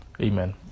Amen